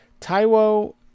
Taiwo